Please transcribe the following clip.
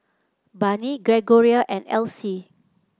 Barney Gregoria and Alcee